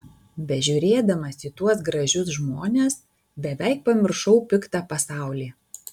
bežiūrėdamas į tuos gražius žmones beveik pamiršau piktą pasaulį